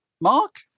Mark